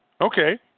Okay